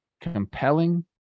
compelling